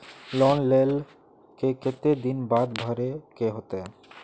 Loan लेल के केते दिन बाद भरे के होते?